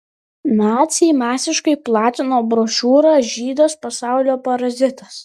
naciai masiškai platino brošiūrą žydas pasaulio parazitas